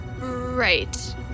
Right